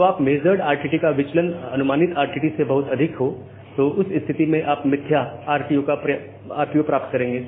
तो आपका measured RTT का विचलन अनुमानित RTT से बहुत अधिक हो तो उस स्थिति में आप मिथ्या RTO प्राप्त करेंगे